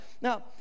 Now